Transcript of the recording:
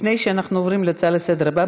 לפני שאנחנו עוברים להצעה הבאה לסדר היום,